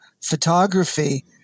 photography